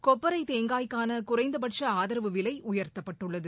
கொப்பரை தேங்காய்கான குறைந்தபட்ச ஆதரவு விலை உயர்த்தப்பட்டுள்ளது